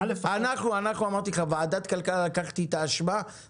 אנחנו כבולים תחת החוק מלהוציא מידע על שני בנקים.